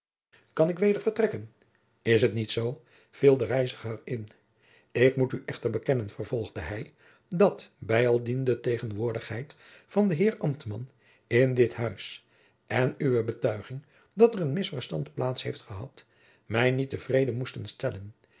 kan ik weder vertrekken is het niet zoo viel de reiziger in ik moet u echter bekennen vervolgde hij dat bijaldien de tegenwoordigheid van den heer ambtman in dit huis en uwe betuiging dat er een misverstand plaats heeft gehad mij niet te vrede moesten stellen